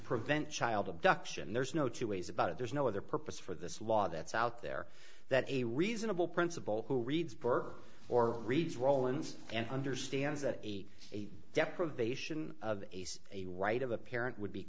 prevent child abduction there's no two ways about it there's no other purpose for this law that's out there that a reasonable principal who reads burke or reads rowland's and understands that a deprivation of ace a right of a parent would be